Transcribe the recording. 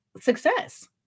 success